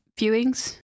viewings